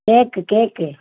cake cake